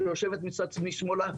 שיושבת משמאלה.